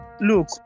look